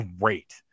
great